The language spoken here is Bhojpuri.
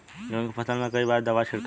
गेहूँ के फसल मे कई बार दवाई छिड़की?